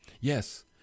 Yes